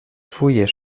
fulles